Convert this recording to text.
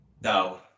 No